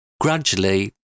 Gradually